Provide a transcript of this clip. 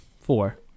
four